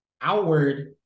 outward